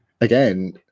again